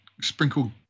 sprinkle